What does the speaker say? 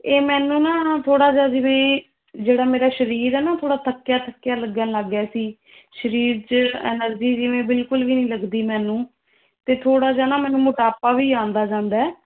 ਇਹ ਮੈਨੂੰ ਨਾ ਥੋੜ੍ਹਾ ਜਿਹਾ ਜਿਵੇਂ ਜਿਹੜਾ ਮੇਰਾ ਸਰੀਰ ਆ ਨਾ ਥੋੜ੍ਹਾ ਥੱਕਿਆ ਥੱਕਿਆ ਲੱਗਣ ਲੱਗ ਗਿਆ ਸੀ ਸਰੀਰ 'ਚ ਐਨਰਜੀ ਜਿਵੇਂ ਬਿਲਕੁਲ ਵੀ ਨਹੀਂ ਲੱਗਦੀ ਮੈਨੂੰ ਅਤੇ ਥੋੜ੍ਹਾ ਜਿਹਾ ਨਾ ਮੈਨੂੰ ਮੋਟਾਪਾ ਵੀ ਆਉਂਦਾ ਜਾਂਦਾ